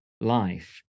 life